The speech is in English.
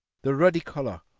the ruddy colour,